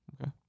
Okay